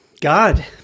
god